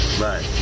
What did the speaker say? Right